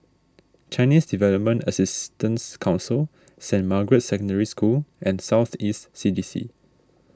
Chinese Development Assistance Council Saint Margaret's Secondary School and South East C D C